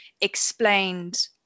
explained